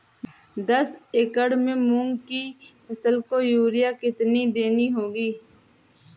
दस एकड़ में मूंग की फसल को यूरिया कितनी देनी होगी?